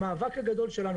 המאבק הגדול שלנו,